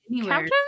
Captain